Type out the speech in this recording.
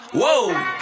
whoa